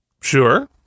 Sure